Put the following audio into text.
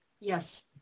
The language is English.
yes